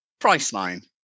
Priceline